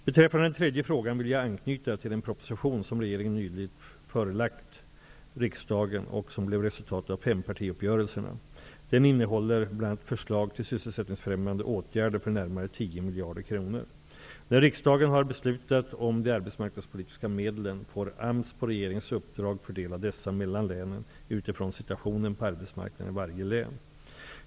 Beträffande den tredje frågan vill jag anknyta till den proposition som regeringen nyligen förelagt riksdagen och som blev resultatet av fempartiuppgörelserna. Den innehåller bl.a. förslag till sysselsättningsfrämjande åtgärder för närmare 10 miljarder kronor. När riksdagen har beslutat om de arbetsmarknadspolitiska medlen får AMS på regeringens uppdrag fördela dessa mellan länen utifrån situationen på arbetsmarknaden i varje län.